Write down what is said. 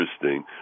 interesting